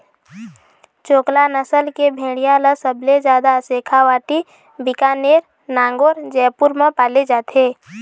चोकला नसल के भेड़िया ल सबले जादा सेखावाटी, बीकानेर, नागौर, जयपुर म पाले जाथे